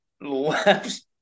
left